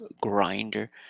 grinder